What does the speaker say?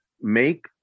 make